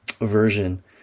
version